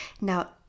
Now